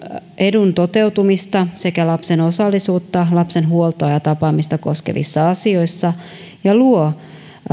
edun toteutumista sekä lapsen osallisuutta lapsen huoltoa ja tapaamista koskevissa asioissa